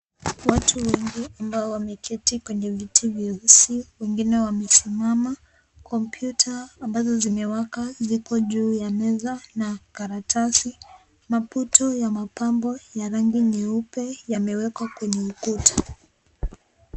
Watu wengi ambao wameketi kwenye viti vyeusi, wengine wamesimama. Kompyuta ambazo zimewaka ziko juu ya meza na karatasi. Maputo ya mapambo yenye rangi nyeupe yamewekwa kwenye ukuta.